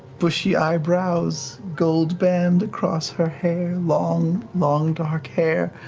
bushy eyebrows, gold band across her hair, long long dark hair,